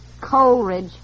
Coleridge